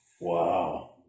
Wow